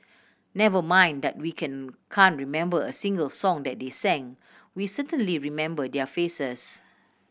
never mind that we can can't remember a single song that they sang we certainly remember their faces